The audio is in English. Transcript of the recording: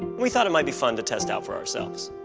we thought it might be fun to test out for ourselves.